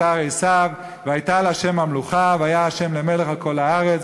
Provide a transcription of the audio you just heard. הר עשו והיתה לה' המלוכה"; "והיה ה' למלך על כל הארץ,